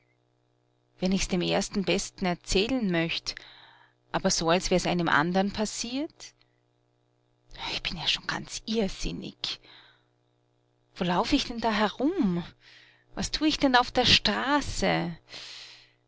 wenn ich's dem ersten besten erzählen möcht aber so als wär's einem andern passiert ich bin ja schon ganz irrsinnig wo lauf ich denn da herum was tu ich denn auf der straße